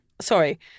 sorry